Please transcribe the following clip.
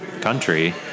country